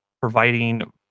providing